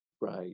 Right